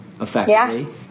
effectively